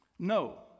No